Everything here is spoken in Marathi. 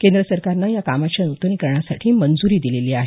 केंद्र सरकारकनं या कामाच्या नुतनीकरणास मंजुरी दिलेली आहे